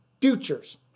futures